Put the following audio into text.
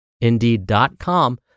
Indeed.com